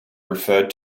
referred